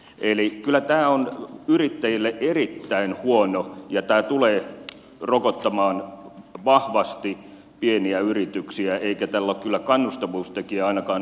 eli kyllä tämä on yrittäjille erittäin huono ja tämä tulee rokottamaan vahvasti pieniä yrityksiä eikä tämä ole kyllä kannustavuustekijä ainakaan ensi vuodelle